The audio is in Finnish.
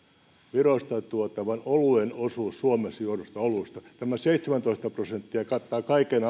virosta tuotavan oluen osuutta suomessa juodusta oluesta tämä seitsemäntoista prosenttia kattaa kaiken